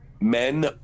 men